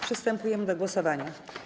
Przystępujemy do głosowania.